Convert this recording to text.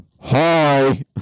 hi